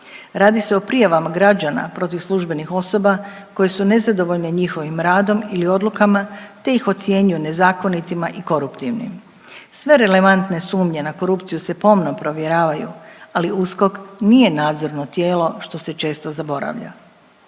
Radi se o prijavama građana protiv službenih osoba koje su nezadovoljne njihovim radom ili odlukama te ocjenjuju nezakonitima i koruptivnima. Sve relevantne sumnje na korupciju se pomno provjeravaju, ali USKOK nije nadzorno tijelo što se često zaboravlja.